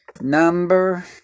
number